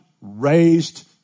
raised